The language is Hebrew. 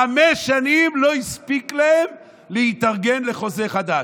חמש שנים לא הספיקו להם להתארגן לחוזה חדש.